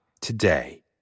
today